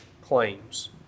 claims